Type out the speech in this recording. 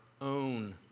own